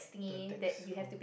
the tax from